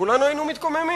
כולנו היינו מתקוממים.